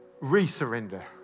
re-surrender